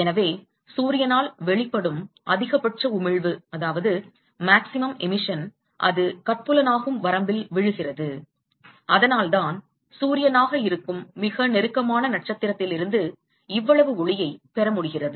எனவே சூரியனால் வெளிப்படும் அதிகபட்ச உமிழ்வு அது கட்புலனாகும் வரம்பில் விழுகிறது அதனால்தான் சூரியனாக இருக்கும் மிக நெருக்கமான நட்சத்திரத்திலிருந்து இவ்வளவு ஒளியைப் பெற முடிகிறது